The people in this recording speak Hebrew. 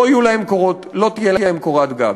לא תהיה להם קורת גג.